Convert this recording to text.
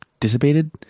dissipated